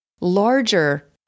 larger